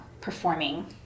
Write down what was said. performing